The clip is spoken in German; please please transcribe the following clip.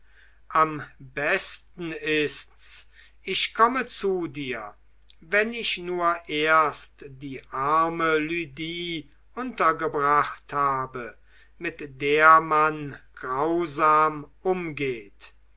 am besten ist's ich komme zu dir wenn ich nur erst die arme lydie untergebracht habe mit der man grausam umgeht